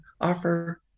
offer